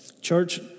Church